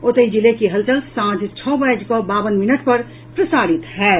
ओतहि जिले की हलचल सांझ छओ बाजि कऽ बावन मिनट पर प्रसारित होयत